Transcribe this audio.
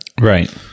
right